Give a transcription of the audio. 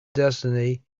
destiny